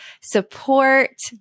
support